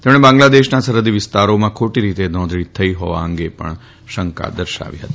તેમણે બાંગ્લાદેશના સરહદી વિસ્તારોમાં ખોટી રીતે નોંધણી થઇ હોવા અંગે શંકા વ્યક્ત કરી હતી